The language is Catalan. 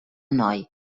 noi